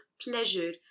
pleasure